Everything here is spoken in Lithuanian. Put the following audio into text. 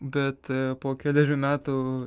bet po kelerių metų